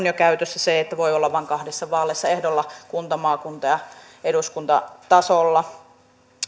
jo käytössä se että voi olla vain kahdessa vaalissa ehdolla kunta maakunta ja eduskuntatasolla